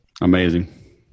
Amazing